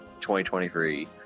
2023